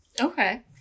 Okay